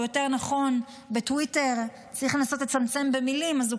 או יותר נכון בטוויטר צריך לנסות לצמצם במילים אז הוא